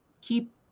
keep